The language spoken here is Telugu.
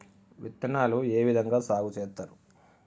విత్తనాలు ఏ విధంగా సాగు చేస్తారు?